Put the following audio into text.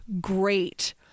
great